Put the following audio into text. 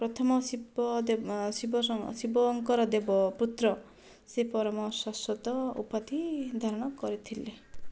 ପ୍ରଥମ ଶିବ ଦେବ ଶିବ ଶିବଙ୍କର ଦେବ ପୁତ୍ର ସିଏ ପରମ ଶାଶ୍ଵତ ଉପାଧି ଧାରଣ କରିଥିଲେ